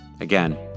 Again